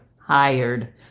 hired